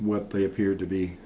what they appeared to be